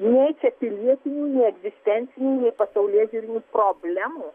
nei čia pilietinių nei egzistencinių neipasaulėžiūrinių problemų